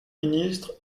ministre